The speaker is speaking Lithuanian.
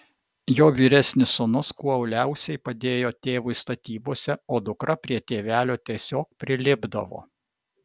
jo vyresnis sūnus kuo uoliausiai padėjo tėvui statybose o dukra prie tėvelio tiesiog prilipdavo